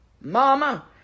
mama